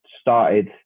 started